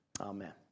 amen